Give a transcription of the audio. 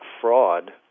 fraud